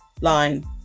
line